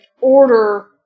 order